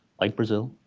like brazil,